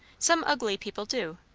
some ugly people do.